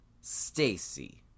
stacy